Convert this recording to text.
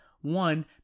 One